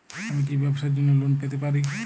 আমি কি ব্যবসার জন্য লোন পেতে পারি?